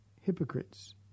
hypocrites